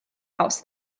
house